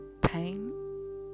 Pain